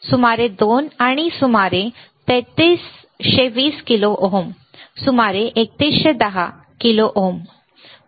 सुमारे 2 आणि सुमारे 33 20 किलो ओम सुमारे 3 110 किलो ओम बरोबर